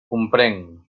comprenc